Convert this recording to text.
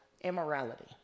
immorality